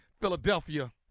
Philadelphia